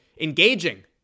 engaging